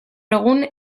egun